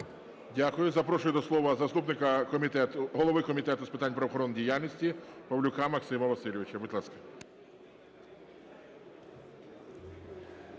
Дякую. Запрошую до слова заступника голови Комітету з питань правоохоронної діяльності Павлюка Максима Васильовича.